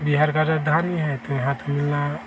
बिहार की राजधानी है तो यहाँ तो मिलना